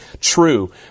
true